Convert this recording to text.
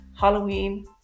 Halloween